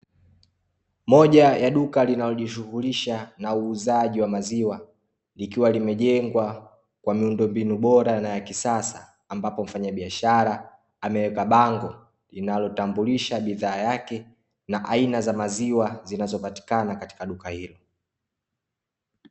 Moja ya duka linalojishughulisha na uuzaji wa maziwa likiwa limejengwa kwa miundo mbinu bora na ya kisasa ambapo mfanyabiashara ameweka bango linalotambulisha bidhaa yake na aina za maziwa zinazopatikana katika duka hilo.